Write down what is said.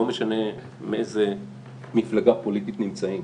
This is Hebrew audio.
לא משנה באיזו מפלגה פוליטית אתם נמצאים.